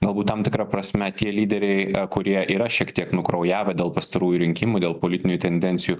galbūt tam tikra prasme tie lyderiai kurie yra šiek tiek nukraujavę dėl pastarųjų rinkimų dėl politinių tendencijų